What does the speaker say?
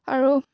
আৰু